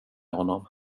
honom